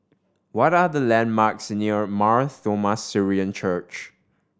what are the landmarks near Mar Thoma Syrian Church